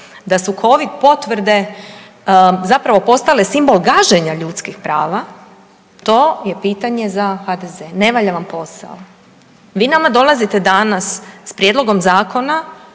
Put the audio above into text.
da su Covid potvrde zapravo postale simbol gaženja ljudskih prava, to je pitanje za HDZ. Ne valja vam posao. Vi nama dolazite danas s prijedlogom zakona,